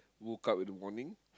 woke up in the morning